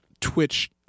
twitch